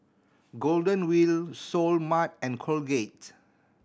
Golden Wheel Seoul Mart and Colgate